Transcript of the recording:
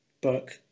book